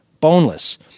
boneless